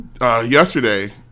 yesterday